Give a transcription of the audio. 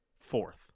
fourth